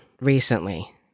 recently